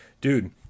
dude